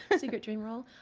secret dream role?